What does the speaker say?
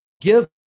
give